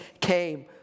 came